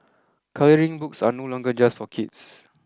colouring books are no longer just for kids